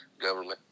government